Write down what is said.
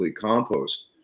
compost